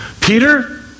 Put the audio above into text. Peter